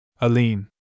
Aline